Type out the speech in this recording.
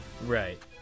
Right